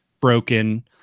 Broken